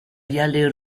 viale